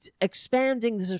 expanding